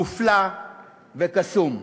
מופלא וקסום.